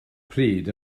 pryd